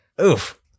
Oof